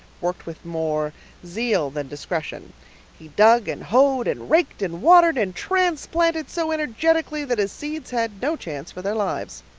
worked with more zeal than discretion he dug and hoed and raked and watered and transplanted so energetically that his seeds had no chance for their lives.